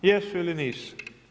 Jesu ili nisu?